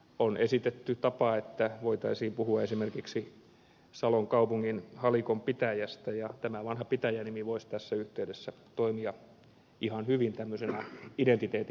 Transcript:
on esitetty tapaa että voitaisiin puhua esimerkiksi salon kaupungin halikon pitäjästä ja tämä vanha pitäjä nimi voisi tässä yhteydessä toimia ihan hyvin tämmöisenä identiteetin vahvistajana